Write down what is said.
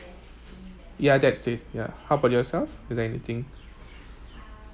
ya that's it yeah how about yourself is there anything